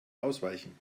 ausweichen